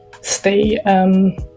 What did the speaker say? stay